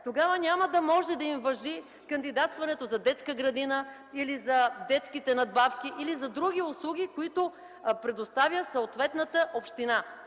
Тогава няма да им важи кандидатстването за детска градина или за детските надбавки, или за други услуги, които предоставя съответната община.